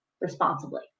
responsibly